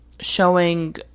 Showing